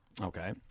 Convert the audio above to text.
Okay